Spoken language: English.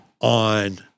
On